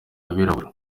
abirabura